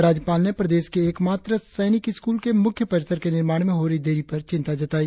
राज्यपाल ने प्रदेश के एक मात्र सैनिक स्कूल के मुख्य परिसर के निर्माण में हो रही देरी पर चिंता जताया